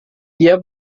dia